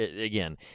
again